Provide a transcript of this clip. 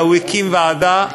אלא הקים ועדה,